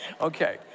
okay